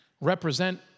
represent